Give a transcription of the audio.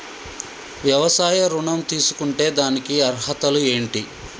వ్యవసాయ ఋణం తీసుకుంటే దానికి అర్హతలు ఏంటి?